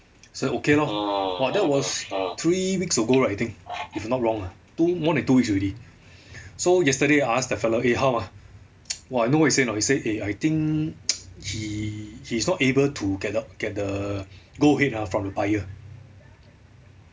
so okay lor !wah! that was three weeks ago I think if not wrong lah tw~ more than two weeks already so yesterday I asked the fellow eh how ah !wah! you know what he say or not he say eh I think he he's not able to get the get the go ahead ah from the buyer